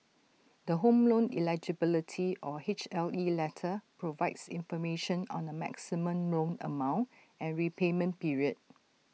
the home loan eligibility or H L E letter provides information on the maximum loan amount and repayment period